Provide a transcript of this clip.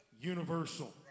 universal